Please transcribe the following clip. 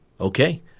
Okay